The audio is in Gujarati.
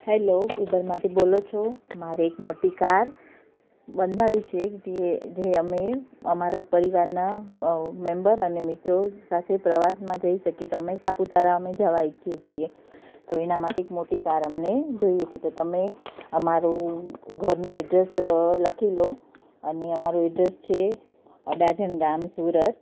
હેલો ઉબરમાંથી બોલો છો મારે એક મોટી કાર બંધાવી છે જે જે અમે અમારા પરિવારના મેમ્બર અને મિત્રો સાથે પ્રવાસમાં જઈ શકીએ તો અમે સાપુતારા અમે જવા ઇચ્છીએ છીએ તો એના માટે એક મોટી કાર અમને જોઈએ છે તો તમે અમારું ઘરનું એડ્રેસ લખી લો અને અમારું એડ્રેસ છે અડાજણ ગામ સુરત